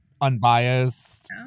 unbiased